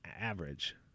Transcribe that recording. average